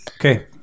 Okay